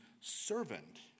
servant